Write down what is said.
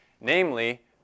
namely